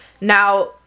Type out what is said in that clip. now